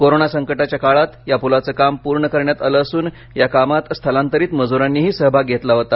corona संकटाच्या काळात या पुलाचं काम पूर्ण करण्यात आलं असून या कामात स्थलांतरीत मजुरांनीही सहभाग घेतला होता